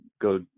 go